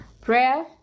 prayer